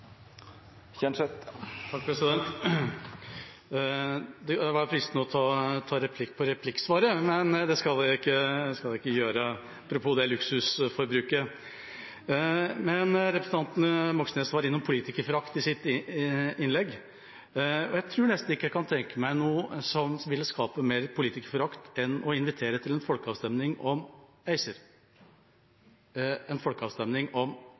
Det hadde vært fristende å ta replikk på replikksvaret, men det skal jeg ikke gjøre, apropos det luksusforbruket. Representanten Moxnes var innom politikerforakt i sitt innlegg. Jeg tror nesten ikke jeg kan tenke meg noe som ville skape mer politikerforakt enn å invitere til en folkeavstemning om ACER: En folkeavstemning om